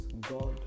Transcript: God